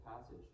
passage